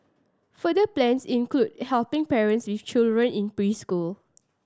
further plans include helping parents with children in preschool